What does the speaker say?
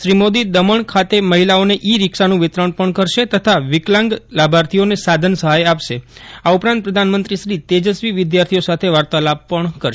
શ્રી મોદી દમણ ખાતે મહિલાઓને ઇ રીક્ષાનું વિતરક્ષ કરશે તથા વિકલાંગ લાભાર્થીઓને સાધન સહાય આપશે આ ઉપરાંત પ્રધાનમંત્રીશ્રી તેજસ્વી વિદ્યાર્થીઓ સાથે વાર્તાલાપ પણ કરશે